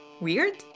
weird